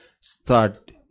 start